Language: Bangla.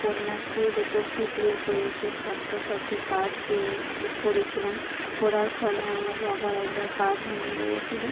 কন্যাশ্রী রুপশ্রী দুই পেয়েছে স্বাস্থ্যসাথী কার্ড পেয়েছে করেছিলাম করার ফলে আমার বাবার একবার পা ভেঙ্গে গিয়েছিল